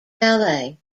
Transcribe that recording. ballet